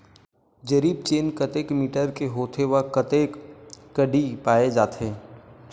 जरीब चेन कतेक मीटर के होथे व कतेक कडी पाए जाथे?